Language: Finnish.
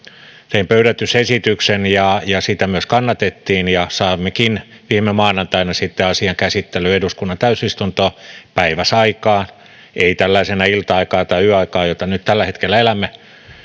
tein pöydällepanoesityksen ja sitä myös kannatettiin saimmekin viime maanantaina sitten asian käsittelyyn eduskunnan täysistuntoon päiväsaikaan ei tällaisena ilta aikana tai yöaikana jota nyt tällä hetkellä elämme